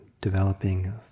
developing